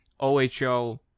OHL